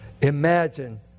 Imagine